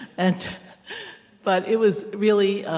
and but it was really